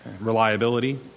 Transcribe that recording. reliability